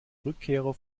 rückkehrer